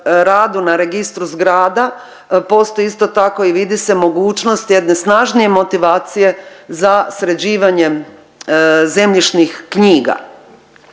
na registru zgrada postoji isto tako i vidi se mogućnost jedne snažnije motivacije za sređivanjem zemljišnih knjiga